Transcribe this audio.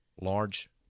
large